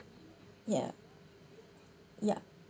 ya ya